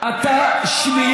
חבר